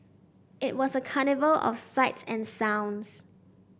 it was a carnival of sights and sounds